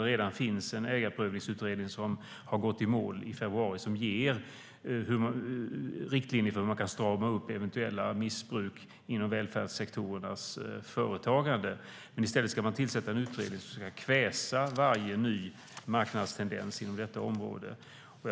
Det finns redan en ägarprövningsutredning som gick i mål i februari och som ger riktlinjer för hur man kan strama upp eventuella missbruk inom välfärdssektorernas företagande. Men nu ska man tillsätta en utredning som ska kväsa varje ny marknadstendens inom detta område.